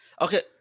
Okay